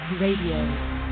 RADIO